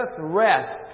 rest